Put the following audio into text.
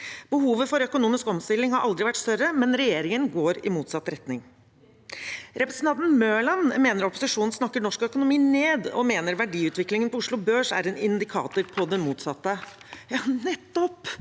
Behovet for økonomisk omstilling har aldri vært større, men regjeringen går i motsatt retning. Representanten Mørland mener opposisjonen snakker norsk økonomi ned, og at verdiutviklingen på Oslo Børs er en indikator på det motsatte. Ja, nettopp